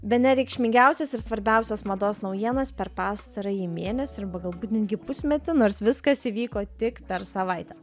bene reikšmingiausias ir svarbiausias mados naujienas per pastarąjį mėnesį arba galbūt netgi pusmetį nors viskas įvyko tik per savaitę